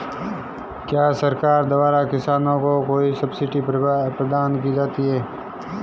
क्या सरकार द्वारा किसानों को कोई सब्सिडी प्रदान की जाती है?